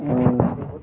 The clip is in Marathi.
आणि